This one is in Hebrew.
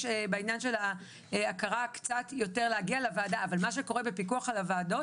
בעניין של ההכרה קצת יותר להגיע לוועדה אבל מה שקורה בפיקוח על הועדות,